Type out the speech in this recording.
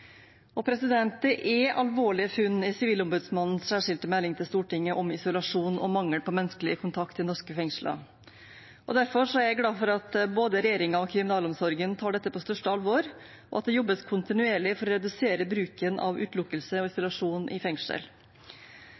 Det er alvorlige funn i Sivilombudsmannens særskilte melding til Stortinget om isolasjon og mangel på menneskelig kontakt i norske fengsler. Derfor er jeg glad for at både regjeringen og kriminalomsorgen tar dette på største alvor, og at det jobbes kontinuerlig for å redusere bruken av utelukkelse og isolasjon i fengsel.